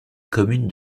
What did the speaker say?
commune